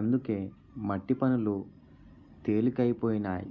అందుకే మట్టి పనులు తెలికైపోనాయి